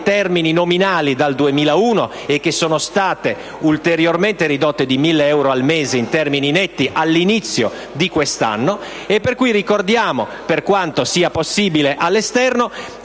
termini nominali, dal 2001 e che sono state ulteriormente ridotte di 1.000 euro al mese in termini netti all'inizio di quest'anno. Ricordiamo, per quanto sia possibile, all'esterno,